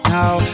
Now